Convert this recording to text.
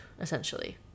essentially